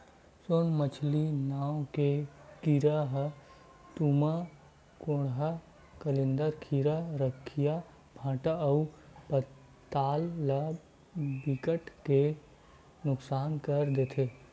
सोन मांछी नांव के कीरा ह तुमा, कोहड़ा, कलिंदर, खीरा, रखिया, भांटा अउ पताल ल बिकट के नुकसान कर देथे